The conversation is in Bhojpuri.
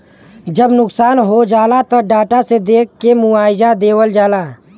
जब नुकसान हो जाला त डाटा से देख के मुआवजा देवल जाला